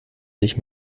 sich